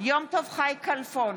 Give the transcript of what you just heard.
יום טוב חי כלפון,